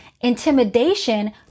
Intimidation